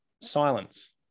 silence